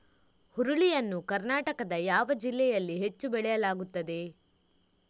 ಹುರುಳಿ ಯನ್ನು ಕರ್ನಾಟಕದ ಯಾವ ಜಿಲ್ಲೆಯಲ್ಲಿ ಹೆಚ್ಚು ಬೆಳೆಯಲಾಗುತ್ತದೆ?